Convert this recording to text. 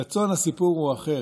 בצאן הסיפור הוא אחר,